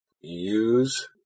use